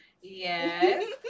yes